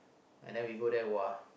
and then we go there !wah!